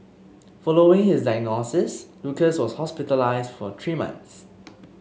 following his diagnosis Lucas was hospitalised for three months